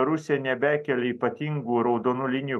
rusija nebekelia ypatingų raudonų linijų